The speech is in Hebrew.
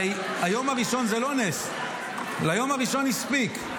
הרי היום הראשון זה לא נס, ליום הראשון הספיק.